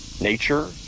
nature